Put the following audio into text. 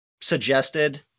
suggested